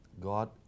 God